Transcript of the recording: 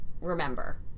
remember